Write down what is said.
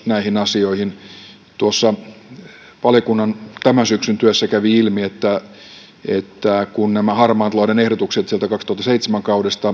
näihin asioihin valiokunnan tämän syksyn työssä kävi ilmi että kun nämä harmaan talouden ehdotukset sieltä kaudelta kaksituhattaseitsemän